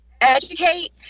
educate